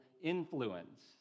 influence